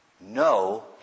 no